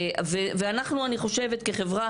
ואנחנו אני חושבת כחברה